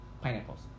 Pineapples